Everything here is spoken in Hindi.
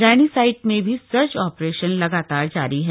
रैणी साइट में भी सर्च आपरेशन लगातार जारी है